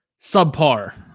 subpar